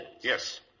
Yes